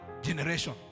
Generation